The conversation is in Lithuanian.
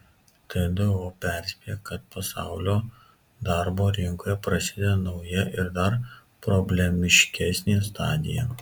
tdo perspėja kad pasaulio darbo rinkoje prasideda nauja ir dar problemiškesnė stadija